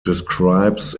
describes